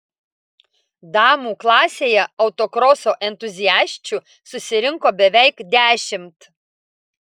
damų klasėje autokroso entuziasčių susirinko beveik dešimt